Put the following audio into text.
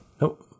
Nope